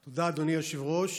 תודה, אדוני היושב-ראש.